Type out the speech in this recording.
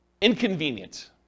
inconvenient